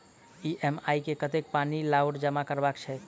EMI मे कतेक पानि आओर जमा करबाक छैक?